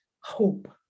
hope